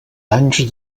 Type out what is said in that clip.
anys